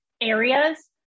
areas